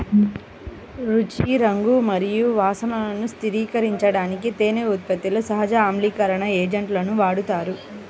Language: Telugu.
రుచి, రంగు మరియు వాసనను స్థిరీకరించడానికి తేనె ఉత్పత్తిలో సహజ ఆమ్లీకరణ ఏజెంట్లను వాడతారు